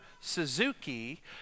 Suzuki